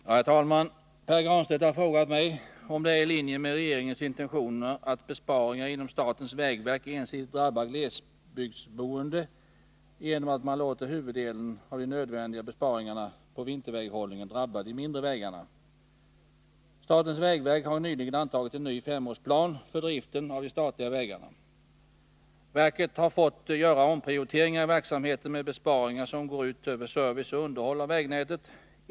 Herr talman! Pär Granstedt har frågat mig om det är i linje med regeringens intentioner att besparingar inom statens vägverk ensidigt drabbar glesbygdsboende genom att man låter huvuddelen av de nödvändiga besparingarna på vinterväghållningen drabba de mindre vägarna. Statens vägverk har nyligen antagit en ny femårsplan för driften av de statliga vägarna. Verket har fått göra omprioriteringar i verksamheten med besparingar som går ut över service och underhåll av vägnätet.